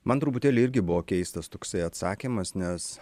man truputėlį irgi buvo keistas toksai atsakymas nes